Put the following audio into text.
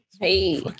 Hey